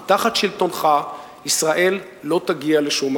כי תחת שלטונך ישראל לא תגיע לשום מקום.